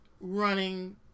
running